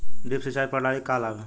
Drip सिंचाई प्रणाली के का लाभ ह?